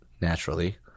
naturally